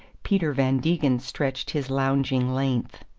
peter van degen stretched his lounging length.